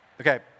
Okay